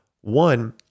One